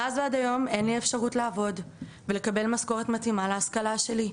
מאז ועד היום אין לי אפשרות לעבוד ולקבל משכורת מתאימה להשכלה שלי,